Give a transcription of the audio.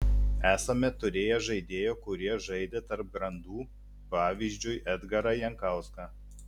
esame turėję žaidėjų kurie žaidė tarp grandų pavyzdžiui edgarą jankauską